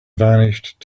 vanished